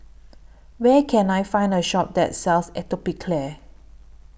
Where Can I Find A Shop that sells Atopiclair